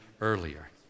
earlier